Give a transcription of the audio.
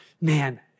man